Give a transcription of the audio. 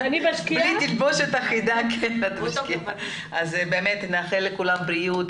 באמת נאחל לכולם בריאות,